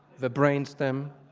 the brain stem.